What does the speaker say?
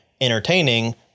entertaining